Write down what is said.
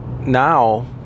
now